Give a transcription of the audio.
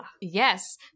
Yes